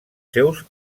seus